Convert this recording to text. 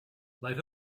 light